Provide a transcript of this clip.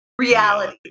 reality